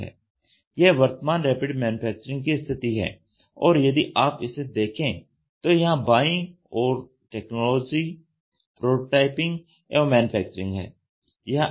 यह वर्तमान rapid manufacturing की स्थिति है और यदि आप इसे देखें तो यहां बाईं ओर टेक्नोलॉजी प्रोटोटाइपिंग एवं मैन्युफैक्चरिंग है